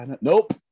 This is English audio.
Nope